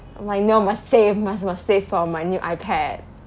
I'm like no must save must must save for my new iPad